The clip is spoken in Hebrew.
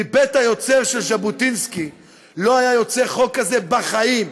מבית היוצר של ז'בוטינסקי לא היה יוצא חוק כזה בחיים.